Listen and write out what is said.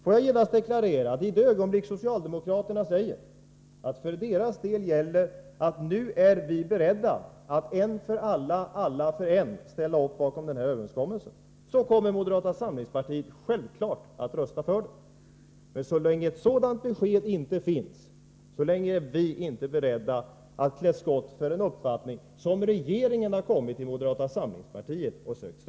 Får jag genast deklarera att i det ögonblick då socialdemokraterna säger att det för deras del gäller att de är beredda att en för alla, alla för en, ställa sig bakom överenskommelsen, då kommer moderata samlingspartiet självfallet att rösta för den. Men så länge ett sådant besked inte finns, så länge är vi inte beredda att klä skott för en uppfattning som regeringen har sökt stöd för hos moderata samlingspartiet.